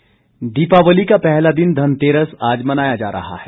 धनतेरस दीपावली का पहला दिन धनतेरस आज मनाया जा रहा है